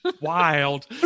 Wild